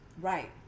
right